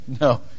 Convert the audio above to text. No